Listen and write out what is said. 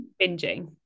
binging